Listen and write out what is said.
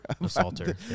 assaulter